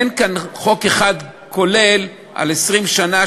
אין כאן חוק אחד כולל על 20 שנה,